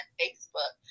facebook